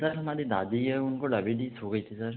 sir हमारी दादी है उनको डायबिटीज़ हो गई थी सर